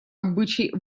обычай